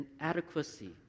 inadequacy